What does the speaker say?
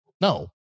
no